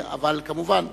אבל כמובן.